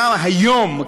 גם היום,